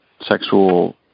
sexual